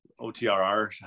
OTRR